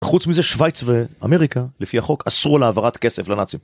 חוץ מזה שוויץ ואמריקה לפי החוק אסור להעברת כסף לנאצים.